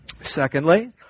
Secondly